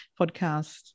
podcast